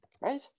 right